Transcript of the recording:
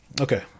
Okay